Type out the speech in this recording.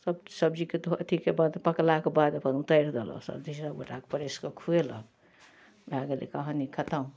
सब सबजीके धो अथीके बाद पकलाके बाद अपन उतारि देलक तब धिआपुताके परसिके खुएलक भए गेलै कहानी खतम